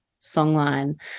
songline